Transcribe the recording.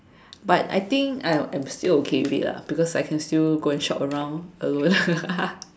but I think I I'm still okay with it lah because I can still go and shop around alone